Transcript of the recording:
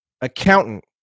Accountant